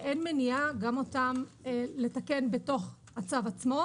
- אין מניעה גם אותם לתקן בתוך הצו עצמו,